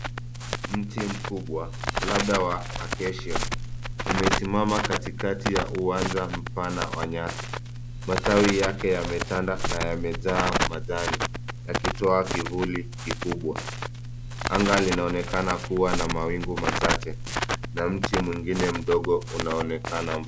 Mti mkubwa, labda wa acacia umesimama katikakti ya uwanja mpana wa nyasi. Matawi yake yametanda na yamejaa majani, yakitoa kivuli kikubwa. Anga linaonekana kua na mawingu machache, na mti mwingine mdogo unaonekana mbali.